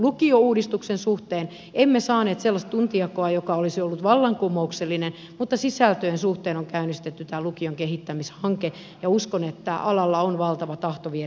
lukiouudistuksen suhteen emme saaneet sellaista tuntijakoa joka olisi ollut vallankumouksellinen mutta sisältöjen suhteen on käynnistetty tämä lukion kehittämishanke ja uskon että alalla on valtava tahto viedä sitä eteenpäin